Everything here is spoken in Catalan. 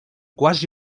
quasi